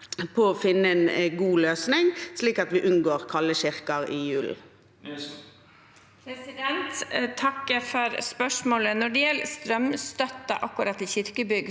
til finne en god løsning, slik at vi unngår kalde kirker i julen. Mona Nilsen (A) Takk for spørsmålet. Når det gjelder strømstøtte til kirkebygg,